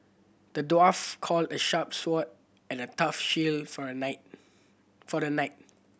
the dwarf call a sharp sword and a tough shield for a knight for the knight